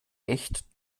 echt